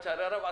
אגב,